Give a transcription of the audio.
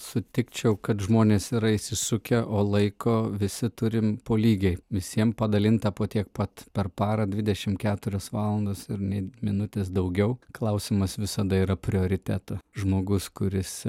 sutikčiau kad žmonės yra įsisukę o laiko visi turim po lygiai visiem padalinta po tiek pat per parą dvidešimt keturios valandos ir nė minutės daugiau klausimas visada yra prioriteto žmogus kuris